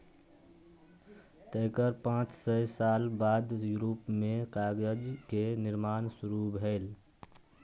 तेकर पांच सय साल बाद यूरोप मे कागज के निर्माण शुरू भेलै